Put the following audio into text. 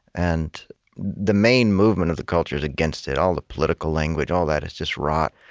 and the main movement of the culture is against it, all the political language all that is just rot.